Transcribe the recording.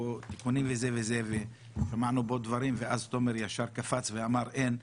תיקונים וזה וזה ושמענו פה דברים ואז תומר ישר קפץ ואמר אין,